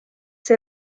see